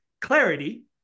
Clarity